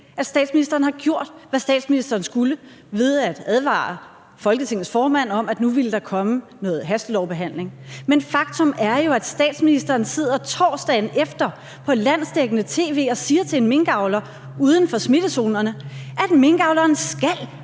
at statsministeren har gjort, hvad statsministeren skulle, ved at advare Folketingets formand om, at nu ville der komme noget hastelovbehandling, men faktum er jo, at statsministeren torsdagen efter sidder på landsdækkende tv og siger til en minkavler uden for smittezonerne, at minkavleren skal